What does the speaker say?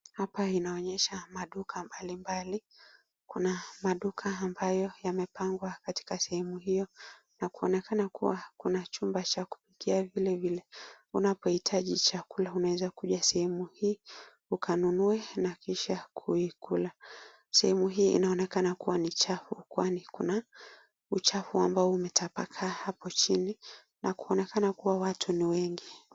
Hapa inaonyesha maduka mbalimbali. Kuna maduka ambayo yamepangwa katika sehemu hiyo na kunaonekana kuwa na chumba cha kupikia vilivile. Unapohitaji chakula unaweza kuja sehemu hii ukanunue na kisha kuikula. Sehemu hii inaonekana kuwa ni chafu kwani kuna uchafu ambao umetapakaa hapo chini na kuonekana kuwa watu ni wengi.